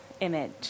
image